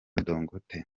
dangote